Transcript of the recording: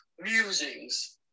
musings